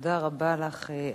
תודה רבה לך,